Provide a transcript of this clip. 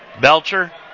Belcher